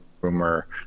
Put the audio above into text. rumor